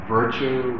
virtue